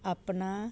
ਆਪਣਾ